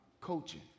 coaching